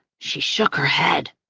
she shook her head.